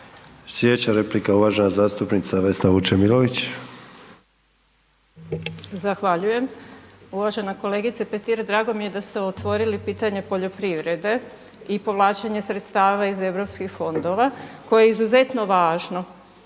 Slijedeća replika, uvažena zastupnica Vesna Vučemilović. **Vučemilović, Vesna (DP)** Zahvaljujem. Uvažena kolegice Petir, drago mi je da ste otvorili pitanje poljoprivrede i povlačenje sredstava iz europskih fondova koje je izuzetno važno.